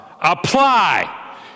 Apply